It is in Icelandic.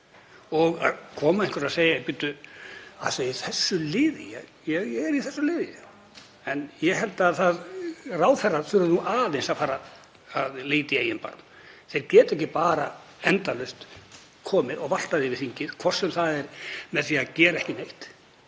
Það koma einhverjir og segja: Bíddu, ert þú í þessu liði? Já, ég er í þessu liði. En ég held að ráðherrar þurfi nú aðeins að fara að líta í eigin barm. Þeir geta ekki bara endalaust komið og valtað yfir þingið, hvort sem það er með því að gera ekki neitt